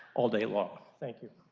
all day long. thank you.